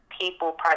people